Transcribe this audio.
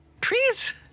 Trees